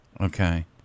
okay